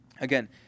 Again